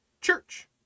church